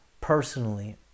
personally